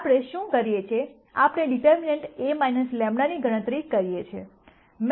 આપણે શું કરીએ છીએ આપણે ડિટર્મનન્ટ A λ ની ગણતરી કરીએ છીએ